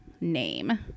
name